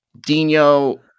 Dino